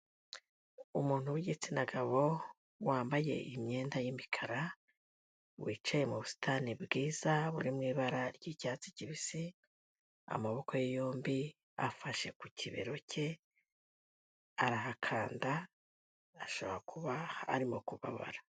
Umuntu w'igitsina gabo wambaye imyenda y'umukara wicaye mu busitani bwiza buri mu ibara ry'icyatsi kibisi, amaboko ye yombi afashe ku kibero cye arahakanda ashobora kuba arimo kubabara.